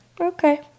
Okay